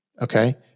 Okay